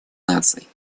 наций